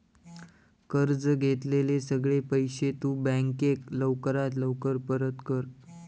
कर्ज घेतलेले सगळे पैशे तु बँकेक लवकरात लवकर परत कर